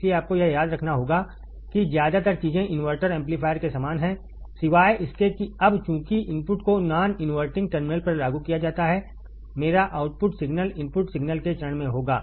इसलिए आपको यह याद रखना होगा कि ज्यादातर चीजें इनवर्टर एम्पलीफायर के समान हैं सिवाय इसके कि अब चूंकि इनपुट कोनॉन इनवर्टिंग टर्मिनल परलागू कियाजाता है मेरा आउटपुट सिग्नल इनपुट सिग्नल के चरण में होगा